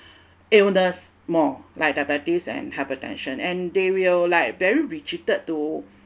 illness more like diabetes and hypertension and they will like very retreated to